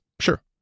Sure